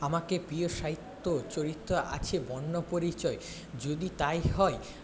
আমাকে প্রিয় সাহিত্য চরিত্র আছে বর্ণপরিচয় যদি তাই হয়